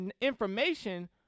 information